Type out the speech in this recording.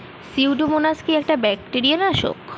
Pseudomonas কি একটা bacteria নাশক?